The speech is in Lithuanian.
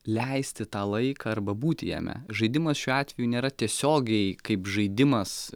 leisti tą laiką arba būti jame žaidimas šiuo atveju nėra tiesiogiai kaip žaidimas